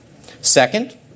Second